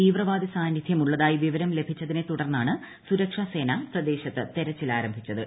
തീവ്രവാദി സാന്നിദ്ധ്യമുള്ളതായി വിവരം ലഭിച്ചതിനെ തുടർന്നാണ് സുരക്ഷാസേന പ്രദേശത്ത് തെരച്ചിൽ ആരംഭിച്ചത്